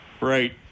Right